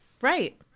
Right